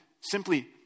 simply